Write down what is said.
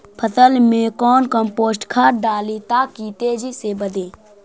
फसल मे कौन कम्पोस्ट खाद डाली ताकि तेजी से बदे?